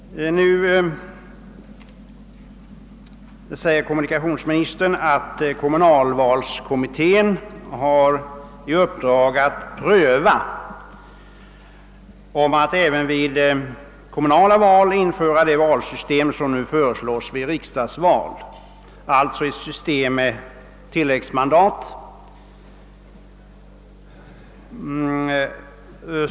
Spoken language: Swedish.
Nu säger kommunikationsministern att kommunalvalskommittén har i uppdrag att pröva frågan om att även vid kommunala val införa det valsystem som föreslås vid riksdagsval, alltså ett system med tilläggsmandat.